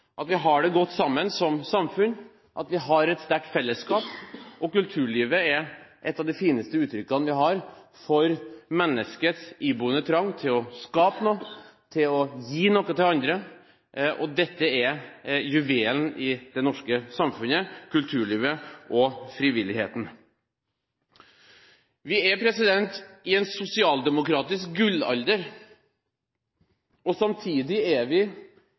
lokalsamfunnene, vi har det godt sammen som samfunn, og vi har et sterkt fellesskap. Kulturlivet er et av de fineste uttrykkene vi har for menneskets iboende trang til å skape noe, til å gi noe til andre. Kulturlivet og frivilligheten er juvelen i det norske samfunnet. Vi lever i en sosialdemokratisk gullalder, samtidig lever vi i en gullalder for kulturlivet – og